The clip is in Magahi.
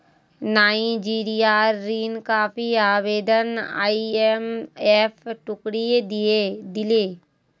नाइजीरियार ऋण माफी आवेदन आईएमएफ ठुकरइ दिले